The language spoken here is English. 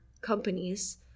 companies